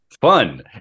Fun